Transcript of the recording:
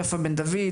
יפה בן דוד,